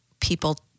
people